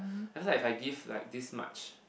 after like I give like this much